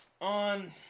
On